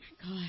God